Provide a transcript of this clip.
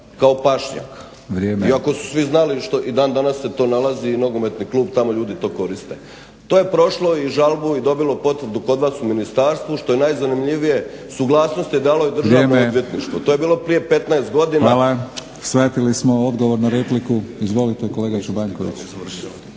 kao pašnjak iako su svi znali i dan danas se tu nalazi nogometni klub tamo ljudi to koriste. To je prošlo i žalbu i dobilo potvrdu kod vas u ministarstvu što je najzanimljivije suglasnost je dalo i Državno odvjetništvo … /Upadica: Vrijeme./ … to je bilo prije 15 godina. **Batinić, Milorad (HNS)** Hvala. Shvatili smo. Odgovor na repliku izvolite kolega Čobanković.